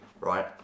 right